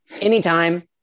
anytime